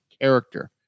character